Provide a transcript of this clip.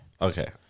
Okay